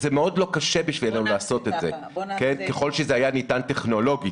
זה מאוד לא קשה בשבילנו לעשות את זה ככל שזה היה ניתן טכנולוגית.